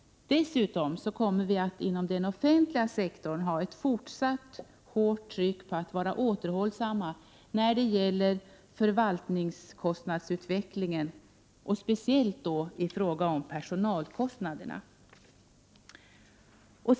Dessutom kommer man inom den offentliga sektorn att ha ett fortsatt hårt tryck på återhållsamhet när det gäller förvaltningskostnadsutvecklingen, speciellt i fråga om personalkostnaderna.